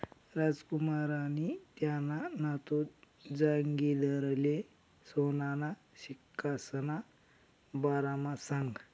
रामकुमारनी त्याना नातू जागिंदरले सोनाना सिक्कासना बारामा सांगं